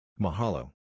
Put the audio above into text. Mahalo